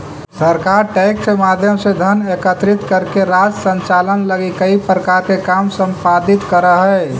सरकार टैक्स के माध्यम से धन एकत्रित करके राज्य संचालन लगी कई प्रकार के काम संपादित करऽ हई